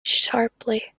sharply